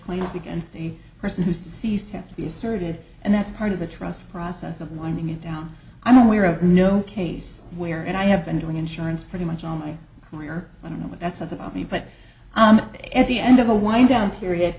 plays against a person who's deceased have to be assertive and that's part of the trust process of wanting it down i'm aware of no case where and i have been doing insurance pretty much all my career i don't know what that says about me but at the end of a wind down period